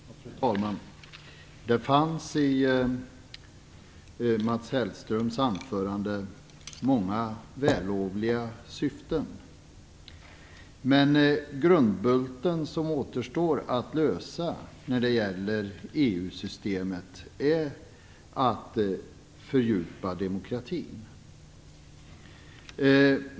Fru talman! Det fanns i Mats Hellströms anförande många vällovliga syften. Men grundbulten som återstår att lösa när det gäller EU-systemet är att fördjupa demokratin.